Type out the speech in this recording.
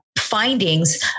findings